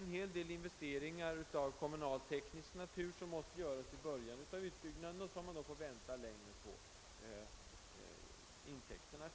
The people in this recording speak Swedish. Många investeringar av kommunalteknisk natur måste nämligen göras i början av utbyggnaden, medan man måste vänta längre på motsvarande